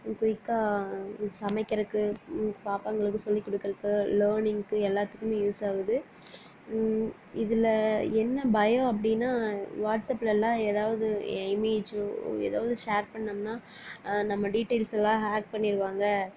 குயிக்காக சமைக்கிறதுக்கு பாப்பாகளுக்கு சொல்லி கொடுக்கறக்கு லேர்னிங்க்கு எல்லாத்துக்குமே யூஸ் ஆகுது இதில் என்ன பயம் அப்படினா வாட்ஸ்அப்லெலாம் எதாவது இமேஜ்ஜோ எதாவது ஷேர் பண்ணிணோம்னா நம்ம டீடைல்ஸ்யெலாம் ஹேக் பண்ணிடுவாங்க